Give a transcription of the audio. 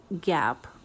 gap